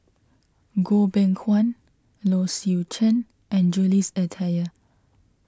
Goh Beng Kwan Low Swee Chen and Jules Itier